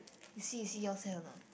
you see you see yours have or not